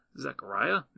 Zechariah